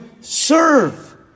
serve